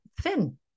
thin